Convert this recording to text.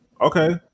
Okay